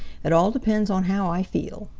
it all depends on how i feel.